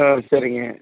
ஆ சரிங்க